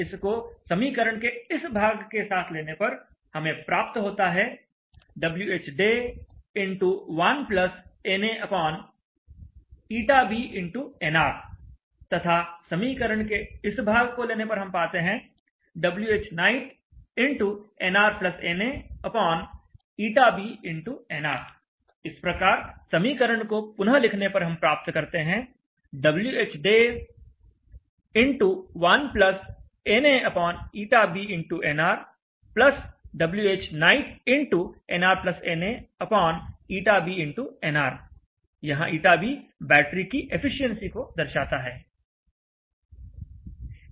इसको समीकरण के इस भाग के साथ लेने पर हमें प्राप्त होता है Whday1 naηBnr तथा समीकरण के इस भाग को लेने पर हम पाते हैं Whnightnr naηBnr इस प्रकार समीकरण को पुनः लिखने पर हम प्राप्त करते हैं Whday1 naηBnr Whnightnr naηBnr यहाँ ηB बैटरी की एफिशिएंसी को दर्शाता है